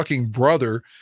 brother